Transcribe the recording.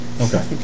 Okay